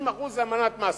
60% זה עמלת מס.